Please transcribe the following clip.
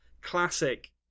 classic